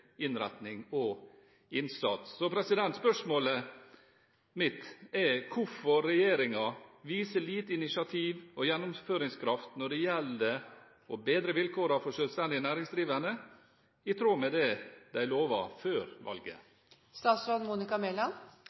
innretning og innsats. Spørsmålet mitt er: Hvorfor viser regjeringen lite initiativ og liten gjennomføringskraft når det gjelder å bedre vilkårene for selvstendig næringsdrivende i tråd med det de lovet før valget? Jeg er